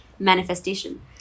manifestation